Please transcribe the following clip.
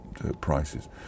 prices